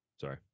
Sorry